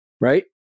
Right